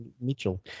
Mitchell